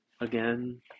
again